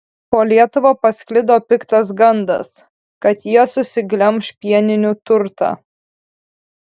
po lietuvą pasklido piktas gandas kad jie susiglemš pieninių turtą